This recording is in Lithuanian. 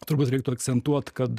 turbūt reiktų akcentuot kad